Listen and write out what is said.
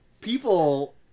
People